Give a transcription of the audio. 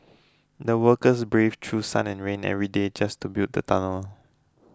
the workers braved through sun and rain every day just to build the tunnel